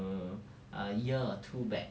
err a year or two back